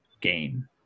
gain